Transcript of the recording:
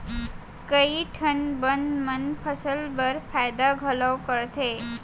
कई ठन बन मन फसल बर फायदा घलौ करथे